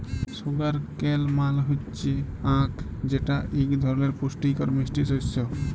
sugar cane মাল হচ্যে আখ যেটা এক ধরলের পুষ্টিকর মিষ্টি শস্য